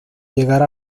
llegar